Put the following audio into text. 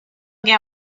get